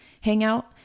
hangout